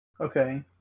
Okay